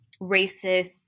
racist